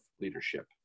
leadership